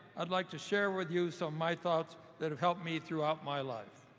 i would like to share with you so my thoughts that have helped me throughout my life.